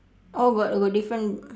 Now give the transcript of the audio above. oh got got different